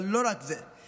אבל לא רק זה,